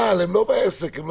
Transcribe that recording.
בעסק".